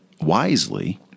wisely